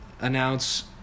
announce